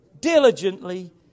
diligently